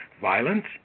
violence